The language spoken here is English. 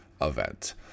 event